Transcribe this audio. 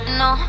no